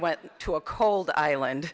went to a cold island